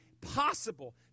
possible